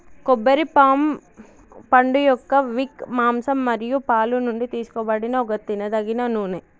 కొబ్బరి పామ్ పండుయొక్క విక్, మాంసం మరియు పాలు నుండి తీసుకోబడిన ఒక తినదగిన నూనె